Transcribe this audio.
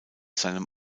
seinem